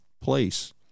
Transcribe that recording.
place